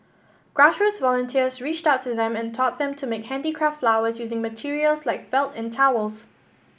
grassroots volunteers reached out to them and taught them to make handicraft flowers using materials like felt and towels